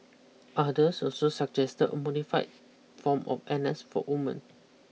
others also suggested a modified form of N S for women